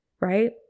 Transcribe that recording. right